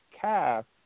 cast